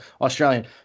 Australian